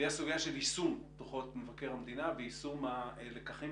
והיא הסוגיה של יישום דוחות מבקר המדינה ויישום הלקחים